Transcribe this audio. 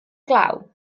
glaw